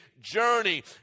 journey